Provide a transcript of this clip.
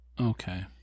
Okay